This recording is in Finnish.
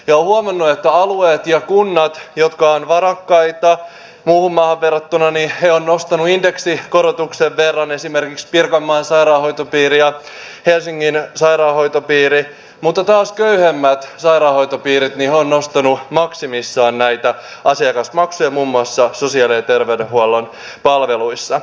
olen huomannut että alueet ja kunnat jotka ovat varakkaita muuhun maahan verrattuna ovat nostaneet niitä indeksikorotuksen verran esimerkiksi pirkanmaan sairaanhoitopiiri ja helsingin sairaanhoitopiiri mutta taas köyhemmät sairaanhoitopiirit ovat nostaneet maksimissaan näitä asiakasmaksuja muun muassa sosiaali ja terveydenhuollon palveluissa